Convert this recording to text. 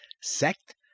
sect